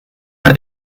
man